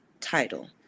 title